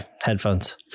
headphones